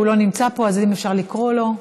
הוא לא נמצא פה, אז אם אפשר לקרוא לו.